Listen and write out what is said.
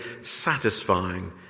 satisfying